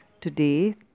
today